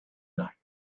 knife